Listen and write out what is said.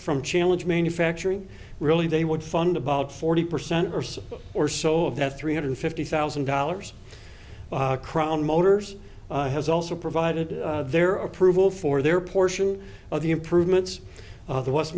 from challenge manufacturing really they would fund about forty percent or so or so of that three hundred fifty thousand dollars crown motors has also provided their approval for their portion of the improvements the west